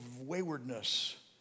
waywardness